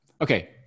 Okay